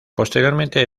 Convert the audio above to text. posteriormente